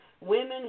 women